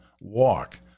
walk